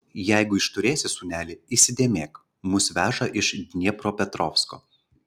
jeigu išturėsi sūneli įsidėmėk mus veža iš dniepropetrovsko